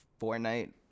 Fortnite